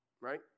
right